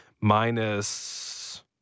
minus